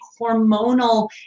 hormonal